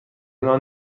نان